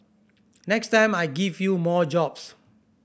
next time I give you more jobs